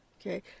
Okay